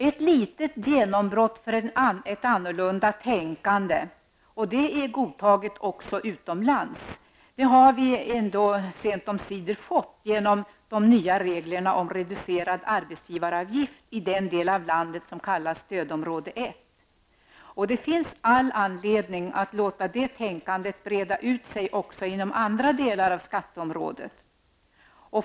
Ett litet genombrott för ett annorlunda tänkande -- och det är godtaget också utomlands -- har vi ändå sent omsider fått genom de nya reglerna om reducerad arbetsgivaravgift av den del av landet som kallas stödområde 1. Det finns all anledning att låta det tänkandet breda ut sig inom andra delar av skatteområdet.